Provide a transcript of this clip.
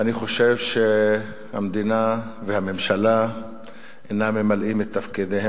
ואני חושב שהמדינה והממשלה אינן ממלאות את תפקידן,